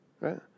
right